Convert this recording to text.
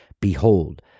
Behold